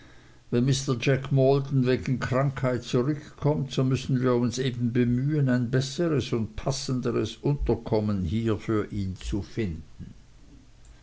mr jack maldon wegen krankheit zurückkommt so müssen wir uns eben bemühen ein besseres und passenderes unterkommen hier für ihn zu finden